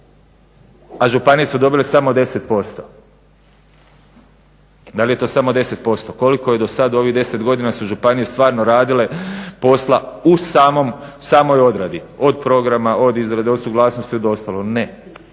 a županije su dobile samo 10%. Da li je to samo 10%, koliko je dosad u ovih 10 godina su županije stvarno radile posla u samoj odradi, od programa, od izrade, od suglasnosti, od ostalog. Ne,